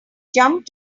jump